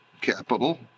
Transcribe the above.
capital